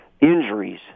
injuries